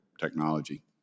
technology